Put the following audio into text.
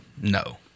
No